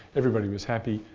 everybody was happy.